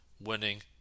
winning